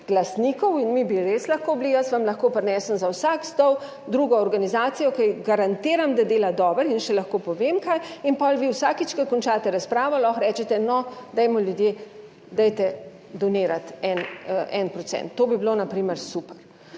glasnikov, in mi bi res lahko bili, jaz vam lahko prinesem za vsak stol drugo organizacijo, ki ji garantiram, da dela dobro in še lahko povem kaj in potem vi vsakič, ko končate razpravo lahko rečete: "No dajmo ljudje, dajte donirati 1 %." To bi bilo na primer super,